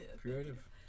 Creative